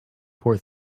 poor